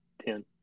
ten